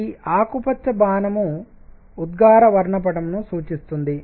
ఈ ఆకుపచ్చ బాణం ఉద్గారఎమిషన్ వర్ణపటంస్పెక్ట్రమ్ ను సూచిస్తుంది